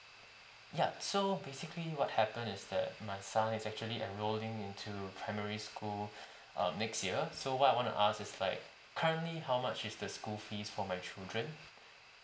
ya so basically what happen is that my son is actually enrolling into primary school um next year so what I want to ask is like currently how much is the school fees for my children